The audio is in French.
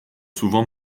souvent